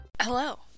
Hello